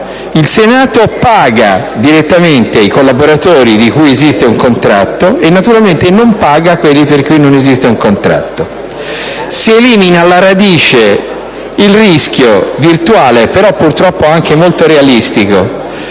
il Senato paga direttamente i collaboratori di cui esiste un contratto, e naturalmente non paga quelli per cui non esiste un contratto. Si elimina alla radice il rischio virtuale - però purtroppo anche molto realistico